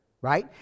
Right